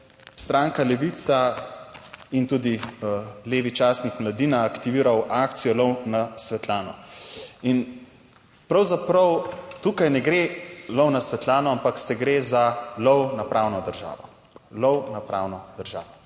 stranka Levica in tudi levi častnik Mladina aktiviral akcijo lov na Svetlano. In pravzaprav, tukaj ne gre lov na Svetlano, ampak se gre za lov na pravno državo. Lov na pravno državo.